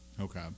okay